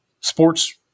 sports